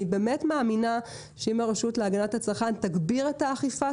ואני מזהה פה כשל צרכני מאוד משמעות לגבי האוכלוסייה